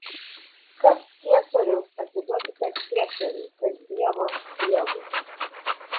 kas ciesoriaus atiduokite ciesoriui kas dievo dievui